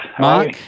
Mark